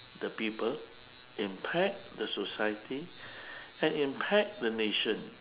the people impact the society and impact the nation